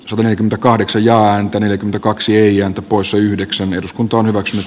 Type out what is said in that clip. sataneljäkymmentäkahdeksan ja antoi neljäkymmentäkaksi ja poissa yhdeksän veetuskuntoon bach